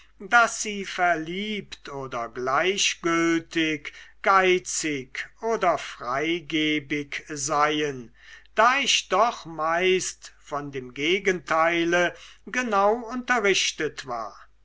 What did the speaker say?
daß sie verliebt oder gleichgültig geizig oder freigebig seien da ich doch meist von dem gegenteile genau unterrichtet war